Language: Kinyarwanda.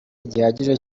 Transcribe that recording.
gihagije